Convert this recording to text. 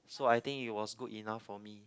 so I think it was good enough for me